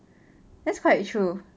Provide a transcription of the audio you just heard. that's quite true